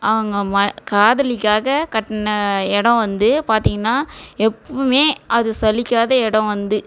அவங்க ம காதலிக்காக கட்டின இடோம் வந்து பார்த்தீங்கன்னா எப்பவுமே அது சலிக்காத இடோம் வந்து